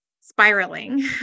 spiraling